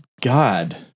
God